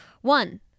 one